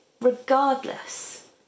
regardless